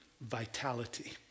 Vitality